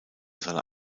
seine